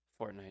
Fortnite